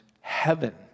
heaven